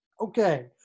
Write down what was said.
Okay